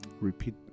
repeat